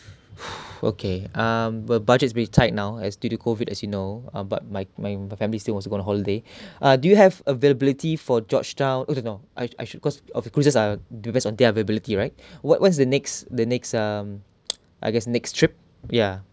okay um well budget is being tied now as due to COVID as you know ah but my my family still wants to go to holiday ah do you have availability for georgetown oh no no I I should cause of cruises depends on their availability right what what's the next the next I guess next trip ya